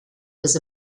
was